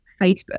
Facebook